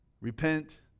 repent